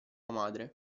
madre